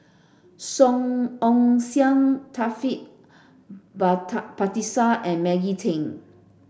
Song Ong Siang Taufik Batisah and Maggie Teng